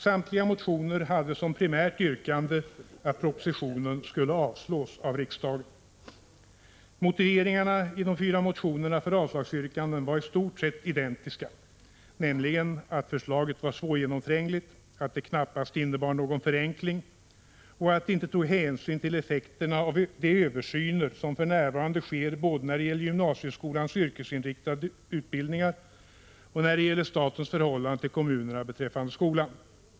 Samtliga motioner hade som primärt yrkande att propositionen skulle avslås av riksdagen. identiska, nämligen att förslaget var svårgenomträngligt, att det knappast innebar någon förenkling och att det inte tog hänsyn till effekterna av de översyner som för närvarande sker både när det gäller gymnasieskolans yrkesinriktade utbildningar och när det gäller statens förhållande till kommunerna beträffande skolan.